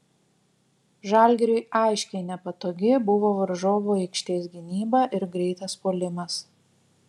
žalgiriui aiškiai nepatogi buvo varžovų aikštės gynyba ir greitas puolimas